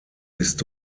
ist